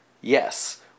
Yes